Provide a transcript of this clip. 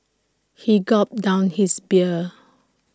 he gulped down his beer